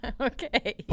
Okay